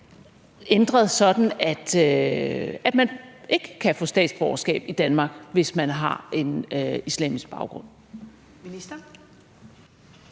ændret, sådan at man ikke kan få statsborgerskab i Danmark, hvis man har en islamisk baggrund?